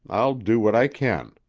i'll do what i can.